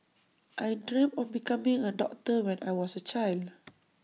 I dreamt of becoming A doctor when I was A child